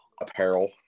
apparel